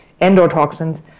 endotoxins